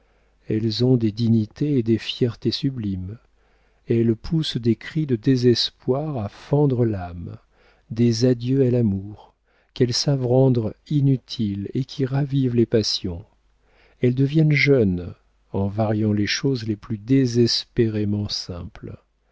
elles ont des dignités et des fiertés sublimes elles poussent des cris de désespoir à fendre l'âme des adieux à l'amour qu'elles savent rendre inutiles et qui ravivent les passions elles deviennent jeunes en variant les choses les plus désespérément simples